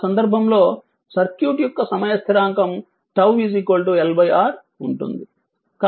ఆ సందర్భంలో సర్క్యూట్ యొక్క సమయం స్థిరాంకం 𝝉 LR ఉంటుంది